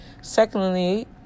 Secondly